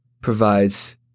provides